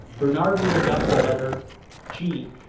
bernard would have gotten the letter g,